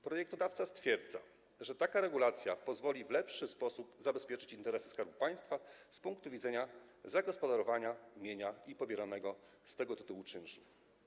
Projektodawca stwierdza, że taka regulacja pozwoli w lepszy sposób zabezpieczyć interesy Skarbu Państwa z punktu widzenia zagospodarowania mienia i pobieranego z tego tytułu czynszu.